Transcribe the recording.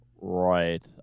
Right